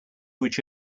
which